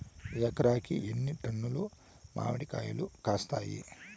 ఎకరాకి ఎన్ని టన్నులు మామిడి కాయలు కాస్తాయి?